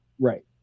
Right